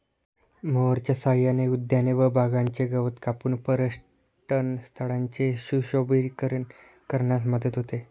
मोअरच्या सहाय्याने उद्याने व बागांचे गवत कापून पर्यटनस्थळांचे सुशोभीकरण करण्यास मदत होते